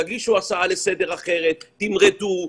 תמרדו,